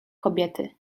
kobiety